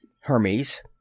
Hermes